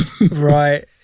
Right